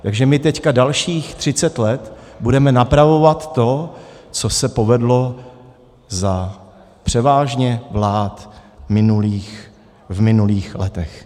Takže my teď dalších třicet let budeme napravovat to, co se povedlo převážně za vlád minulých v minulých letech.